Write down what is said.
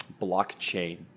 blockchain